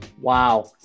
wow